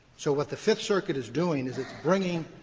so what the fifth circuit is doing is it's bringing,